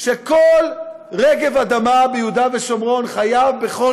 שכל רגב אדמה ביהודה ושומרון חייב בכל